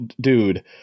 dude